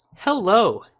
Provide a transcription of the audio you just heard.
Hello